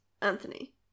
Anthony